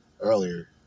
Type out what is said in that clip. earlier